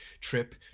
trip